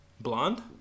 Blonde